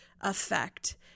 effect